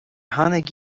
tháinig